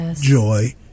joy